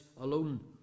alone